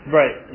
right